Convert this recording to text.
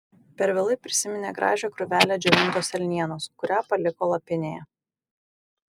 per vėlai prisiminė gražią krūvelę džiovintos elnienos kurią paliko lapinėje